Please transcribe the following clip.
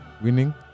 winning